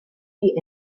die